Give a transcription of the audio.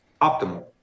optimal